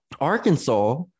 Arkansas